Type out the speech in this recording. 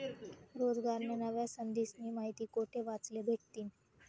रोजगारन्या नव्या संधीस्नी माहिती कोठे वाचले भेटतीन?